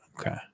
Okay